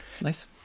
Nice